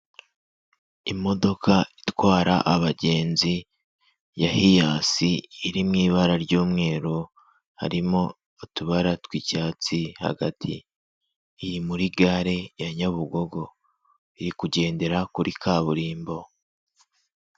Imodoka itwara abagenzi ya Hiyasi iri mu ibara ry'umweru, harimo utubara tw'icyatsi hagati. iri muri gare ya Nyabugogo. Iri kugendera kuri kaburimbo.